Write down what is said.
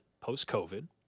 post-COVID